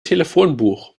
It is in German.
telefonbuch